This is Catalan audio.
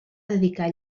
dedicar